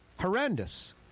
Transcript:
horrendous